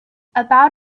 about